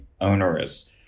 onerous